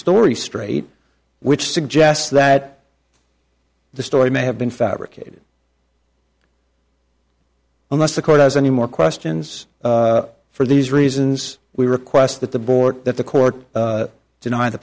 story straight which suggests that the story may have been fabricated unless the court has any more questions for these reasons we request that the board that the court deny the